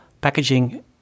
packaging